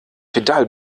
pedal